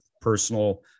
personal